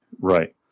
Right